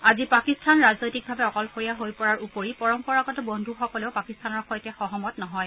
আজি পাকিস্তান ৰাজনৈতিকভাৱে অকলশৰীয়া হৈ পৰাৰ উপৰি পৰম্পৰাগত বন্ধুসকলেও পাকিস্তানৰ সৈতে সহমত নহয়